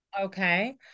okay